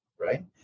right